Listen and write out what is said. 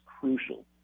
crucial